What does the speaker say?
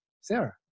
Sarah